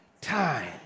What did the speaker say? time